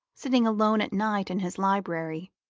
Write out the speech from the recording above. sitting alone at night in his library,